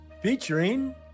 Featuring